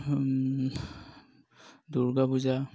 Durga Puja